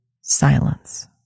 silence